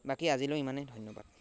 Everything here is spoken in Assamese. বাকী আজিলৈ ইমানেই ধন্যবাদ